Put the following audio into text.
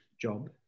job